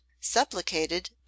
supplicated